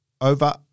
Over